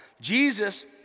Jesus